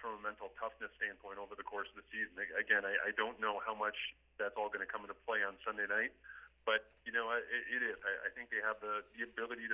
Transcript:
from a mental toughness standpoint over the course of the season again i don't know how much that's all going to come into play on sunday night but you know what it is i think you have the ability